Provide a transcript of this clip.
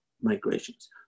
migrations